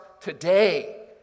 today